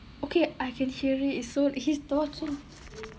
okay I can hear it he's watching